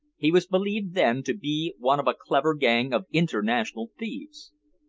he was believed then to be one of a clever gang of international thieves.